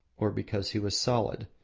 or because he was solid,